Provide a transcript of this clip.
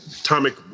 atomic